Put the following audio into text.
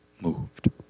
moved